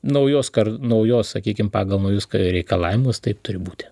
naujos kar naujos sakykim pagal naujus reikalavimus taip turi būti